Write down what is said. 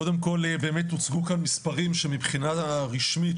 קודם כל באמת הוצגו כאן מספרים שמבחינה רשמית,